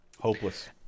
Hopeless